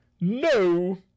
No